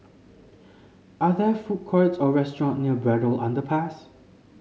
are there food courts or restaurants near Braddell Underpass